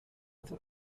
with